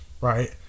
right